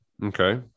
Okay